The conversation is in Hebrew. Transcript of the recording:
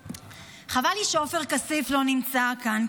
חבל לי שעופר כסיף לא נמצא כאן,